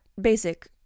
basic